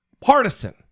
partisan